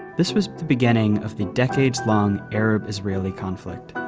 this was the beginning of the decades-long arab-israeli conflict.